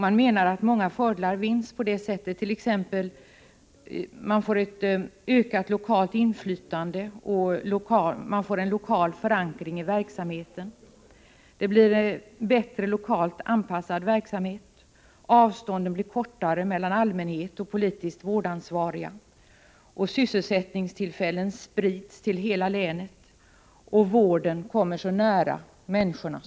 Man menar att många fördelar vinnes på detta sätt. Man får t.ex. ett ökat lokalt inflytande och en lokal förankring i verksamheten. Verksamheten blir också bättre lokalt anpassad. Avstånden blir kortare mellan allmänhet och politiskt vårdansvariga. Sysselsättningstillfällen sprids över hela länet, och vården kommer nära människorna.